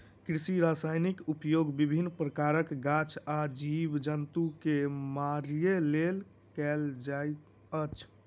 कृषि रसायनक उपयोग विभिन्न प्रकारक गाछ आ जीव जन्तु के मारय लेल कयल जाइत अछि